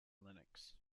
linux